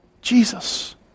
Jesus